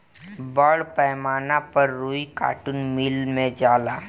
बड़ पैमाना पर रुई कार्टुन मिल मे जाला